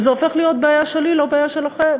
וזה הופך להיות בעיה שלי, לא בעיה שלכם,